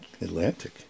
Atlantic